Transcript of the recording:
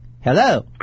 Hello